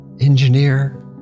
engineer